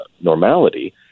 normality